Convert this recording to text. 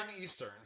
Eastern